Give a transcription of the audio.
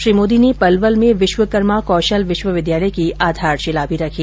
श्री मोदी ने पलवल में विश्वकर्मा कौशल विश्वविद्यालय की आधारशिला भी रखी